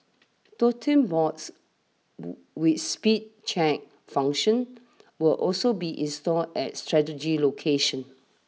totem boards with speed check functions will also be installed at strategic locations